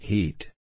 Heat